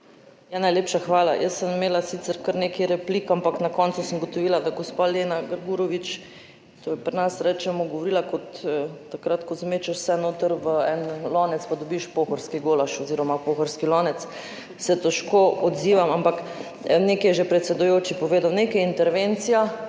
Najlepša hvala. Jaz sem imela sicer kar nekaj replik, ampak na koncu sem ugotovila, da je gospa Lena Grgurevič, to rečemo pri nas, govorila kot takrat, ko zmečeš vse noter v en lonec in dobiš pohorski golaž oziroma pohorski lonec. Težko se odzivam, ampak nekaj je povedal že predsedujoči. Nekaj je intervencija,